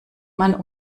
man